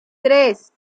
tres